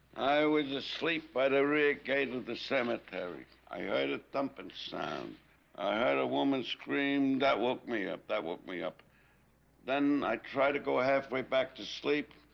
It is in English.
i i was asleep by the rear gate of the cemetery, i heard a thumping sound i heard a woman scream that woke me up that woke me up then i tried to go halfway back to sleep.